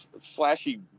flashy